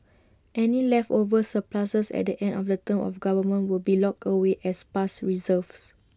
any leftover surpluses at the end of the term of government will be locked away as past reserves